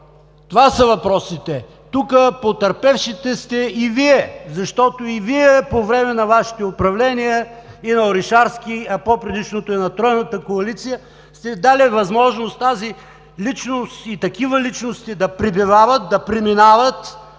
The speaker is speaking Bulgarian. Това са въпросите. Тук потърпевшите сте и Вие, защото и Вие по време на Вашите управления, и на Орешарски, а по-предишното и на Тройната коалиция, сте дали възможност тази личност и такива личности да пребивават, да преминават,